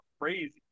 crazy